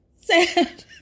Sad